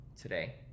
today